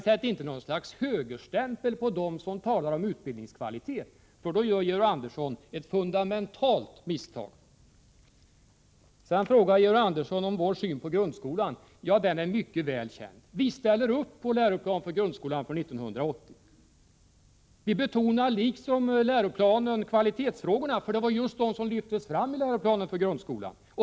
Sätt inte någon sorts högerstämpel på dem som talar om utbildningskvalitet, för då gör Georg Andersson ett fundamentalt misstag. Sedan frågar Georg Andersson om vår syn på grundskolan. Den är mycket väl känd. Vi ställer upp på läroplanen för grundskolan från 1980. Vi betonar liksom läroplanen kvalitetsfrågorna, för det var just dessa som lyftes fram i 1980 års läroplan för grundskolan.